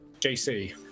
JC